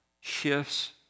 shifts